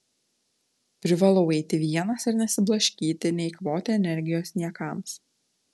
privalau eiti vienas ir nesiblaškyti neeikvoti energijos niekams